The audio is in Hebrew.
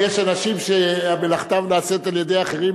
יש אנשים שמלאכתם נעשית על-ידי אחרים,